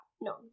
No